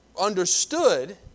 understood